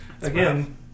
Again